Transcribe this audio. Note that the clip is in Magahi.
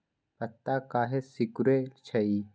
पत्ता काहे सिकुड़े छई?